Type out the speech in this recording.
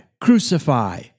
Crucify